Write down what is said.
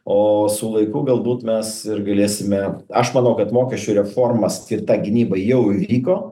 o su laiku galbūt mes ir galėsime aš manau kad mokesčių reforma skirta gynybai jau įvyko